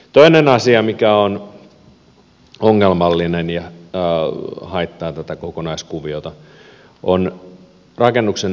toinen asia mikä on ongelmallinen ja haittaa tätä kokonaiskuviota on rakennuksen energiatodistus